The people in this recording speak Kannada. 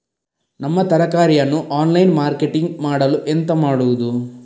ನಮ್ಮ ತರಕಾರಿಯನ್ನು ಆನ್ಲೈನ್ ಮಾರ್ಕೆಟಿಂಗ್ ಮಾಡಲು ಎಂತ ಮಾಡುದು?